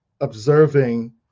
observing